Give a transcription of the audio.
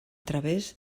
través